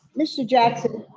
mr. jackson,